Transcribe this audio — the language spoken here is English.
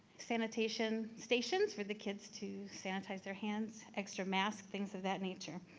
sanitation stations for the kids to sanitize their hands, extra masks, things of that nature.